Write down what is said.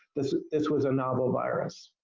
this this was a novel virus.